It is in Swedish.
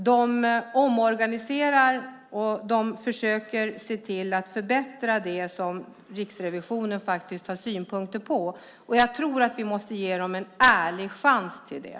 De omorganiserar och försöker se till att förbättra det som Riksrevisionen har synpunkter på. Jag tror att vi måste ge dem en ärlig chans till det.